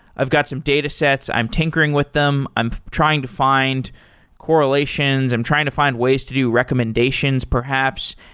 i've got some datasets. i'm tinkering with them. i'm trying to find correlations. i'm trying to find ways to do recommendations, perhaps.